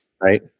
Right